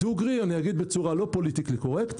אני אומר בצורה לא פוליטיקלי קורקט,